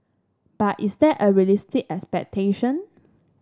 but is that a realistic expectation